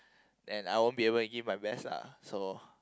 and I won't be able to give my best lah so